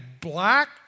black